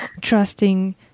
trusting